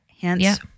hence